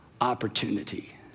opportunity